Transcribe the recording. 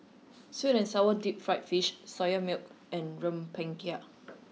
sweet and sour deep fried fish soya milk and rempeyek